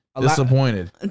disappointed